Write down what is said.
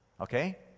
Okay